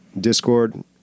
Discord